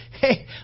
hey